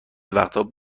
وقتها